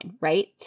right